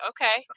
Okay